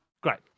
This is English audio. Great